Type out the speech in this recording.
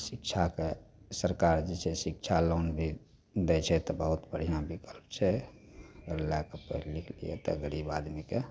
शिक्षाके सरकार जे छै शिक्षा लोन भी दै छै तऽ बहुत बढ़िआँ विकल्प छै ओ लैके पढ़ि लिखि लेतै गरीब आदमीके